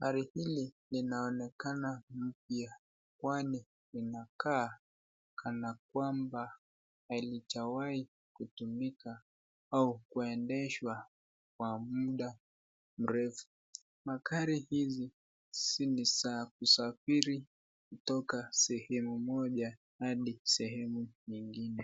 gari hili linaonekana mpya kwani linakaa kana halijawai kutumika au kuendeshwa kwa muda mrefu. Magari hizi niza kusafiri kutoka sehemu moja hadi sehemu ingine.